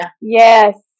Yes